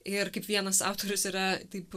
ir kaip vienas autorius yra taip